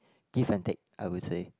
give and take I would say